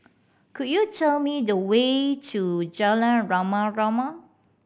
could you tell me the way to Jalan Rama Rama